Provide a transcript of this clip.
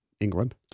England